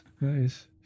nice